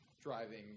driving